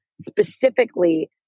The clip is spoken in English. specifically